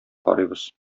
карыйбыз